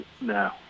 No